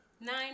nine